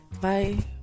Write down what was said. bye